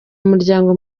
umuryango